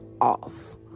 off